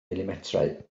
milimetrau